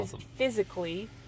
physically